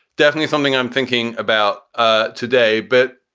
definitely something i'm thinking about ah today. but,